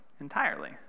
entirely